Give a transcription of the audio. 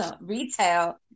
retail